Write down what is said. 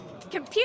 Computer